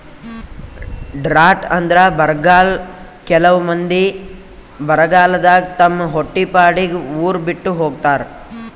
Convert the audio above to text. drought ಅಂದ್ರ ಬರ್ಗಾಲ್ ಕೆಲವ್ ಮಂದಿ ಬರಗಾಲದಾಗ್ ತಮ್ ಹೊಟ್ಟಿಪಾಡಿಗ್ ಉರ್ ಬಿಟ್ಟ್ ಹೋತಾರ್